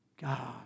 God